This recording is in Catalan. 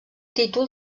títol